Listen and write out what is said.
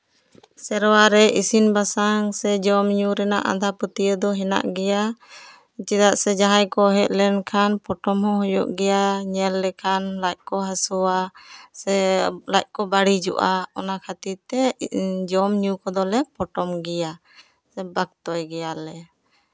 ᱥᱮᱨᱣᱟ ᱨᱮ ᱤᱥᱤᱱ ᱵᱟᱥᱟᱝ ᱥᱮ ᱡᱚᱢᱼᱧᱩ ᱨᱮᱱᱟᱜ ᱟᱸᱫᱷᱟ ᱯᱟᱹᱛᱭᱟᱹᱣ ᱫᱚ ᱦᱮᱱᱟᱜ ᱜᱮᱭᱟ ᱪᱮᱫᱟᱜ ᱥᱮ ᱡᱟᱦᱟᱸᱭ ᱠᱚ ᱦᱮᱡ ᱞᱮᱱᱠᱷᱟᱱ ᱯᱚᱴᱚᱢ ᱦᱚᱸ ᱦᱩᱭᱩᱜ ᱜᱮᱭᱟ ᱧᱮᱞ ᱞᱮᱠᱷᱟᱱ ᱞᱟᱡ ᱠᱚ ᱦᱟᱹᱥᱩᱣᱟ ᱥᱮ ᱞᱟᱡ ᱠᱚ ᱵᱟᱹᱲᱤᱡᱚᱜᱼᱟ ᱚᱱᱟ ᱠᱷᱟᱹᱛᱤᱨ ᱛᱮ ᱡᱚᱢᱼᱧᱩ ᱠᱚᱫᱚᱞᱮ ᱯᱚᱴᱚᱢ ᱜᱮᱭᱟ ᱵᱟᱠᱛᱚᱭ ᱜᱮᱭᱟᱞᱮ